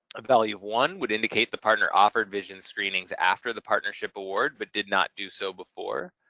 a value of one would indicate the partner offered vision screenings after the partnership award but did not do so before.